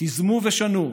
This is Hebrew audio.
תיזמו ושנו.